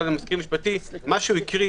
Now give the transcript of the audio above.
הוא הקריא